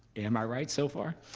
am i right so far?